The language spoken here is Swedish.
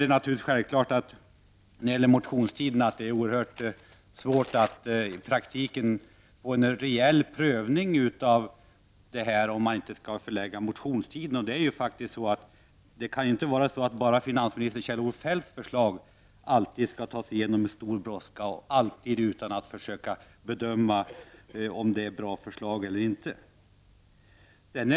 Det är självklart att det under motionstiden är oerhört svårt att i praktiken få till stånd en reell prövning av detta förslag om inte motionstiden förlängs. Det kan inte vara så att finansminister Kjell-Olof Feldts förslag alltid skall antas under stor brådska och alltid utan att man försöker bedöma om det är bra förslag eller inte.